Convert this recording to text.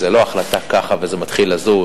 וזה לא החלטה ככה וזה מתחיל לזוז.